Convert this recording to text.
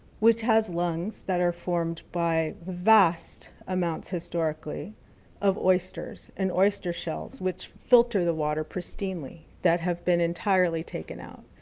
which has lungs that are formed by vast amounts historically of oysters, and oyster shells, which filter the water pristinely, that have been entirely taken out.